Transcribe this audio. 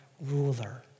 ruler